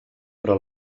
però